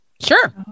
Sure